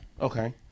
Okay